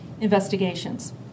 investigations